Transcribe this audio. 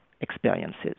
experiences